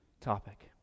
topic